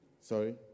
Sorry